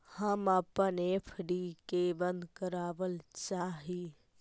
हम अपन एफ.डी के बंद करावल चाह ही